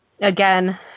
again